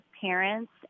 parents